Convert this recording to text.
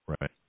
right